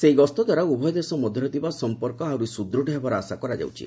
ସେହି ଗସ୍ତଦ୍ୱାରା ଉଭୟ ଦେଶ ମଧ୍ୟରେ ଥିବା ସମ୍ପର୍କ ଆହୁରି ସୁଦୃଢ଼ ହେବାର ଆଶା କରାଯାଉଛି